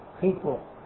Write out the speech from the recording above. people